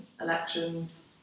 elections